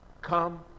Come